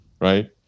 right